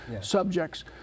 subjects